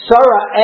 Sarah